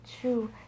true